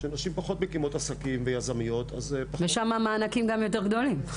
כשנשים פחות מקימות עסקים ויזמיות אז פחות -- ושם המענקים גדולים יותר.